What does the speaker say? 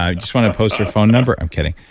ah just want to post your phone number. i'm kidding.